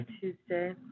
Tuesday